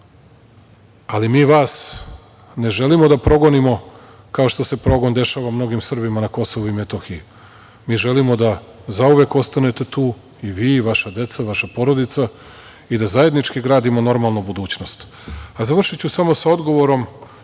ali mi vas ne želimo da progonimo kao što se progon dešava mnogim Srbima na KiM, mi želimo da zauvek ostanete tu, i vi i vaša deca, vaša porodica, i da zajednički gradimo normalnu budućnost. Završiću samo sa odgovorom,